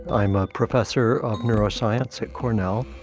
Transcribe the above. i'm a professor of neuroscience at cornell.